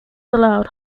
allowed